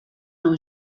nou